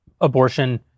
abortion